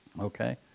Okay